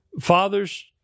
Fathers